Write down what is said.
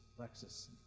Lexus